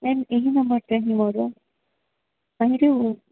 ma'am ଏହି ନମ୍ବର୍ଟା ହିଁ ମୋର ମାନେ ଯେଉଁ